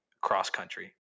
cross-country